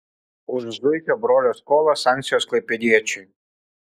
už zuikio brolio skolą sankcijos klaipėdiečiui